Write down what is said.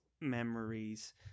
memories